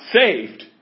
saved